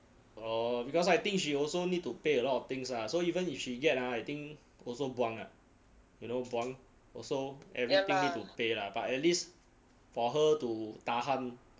oh because I think she also need to pay a lot of things ah so even if she get ah I think also buang ah you know buang also everything need to pay lah but at least for her to tahan